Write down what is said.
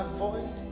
Avoid